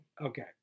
Okay